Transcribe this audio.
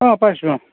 অ' পাইছোঁ অ'